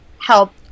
help